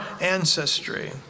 ancestry